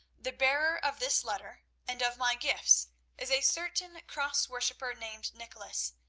the bearer of this letter and of my gifts is a certain cross-worshipper named nicholas,